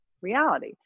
reality